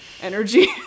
energy